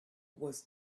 was